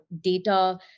data